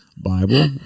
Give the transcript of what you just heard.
Bible